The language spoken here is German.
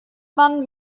man